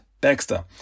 Baxter